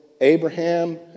Abraham